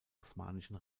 osmanischen